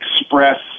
express